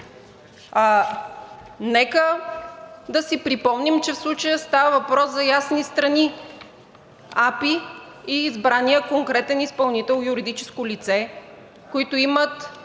Нека да си припомним, че в случая става въпрос за ясни страни – АПИ и избраният конкретен изпълнител юридическо лице, които имат